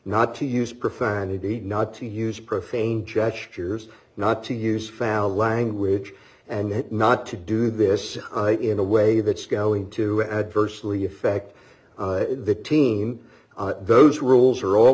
not to use profanity not to use profane gestures not to use foul language and what not to do this in a way that's going to adversely affect the team those rules are all